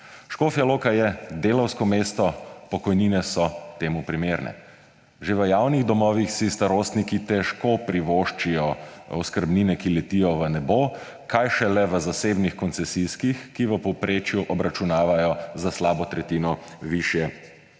Škofja Loka je delavsko mesto, pokojnine so temu primerne. Že v javnih domovih si starostniki težko privoščijo oskrbnine, ki letijo v nebo, kaj šele v zasebnih koncesijskih, ki v povprečju obračunavajo za slabo tretjino višje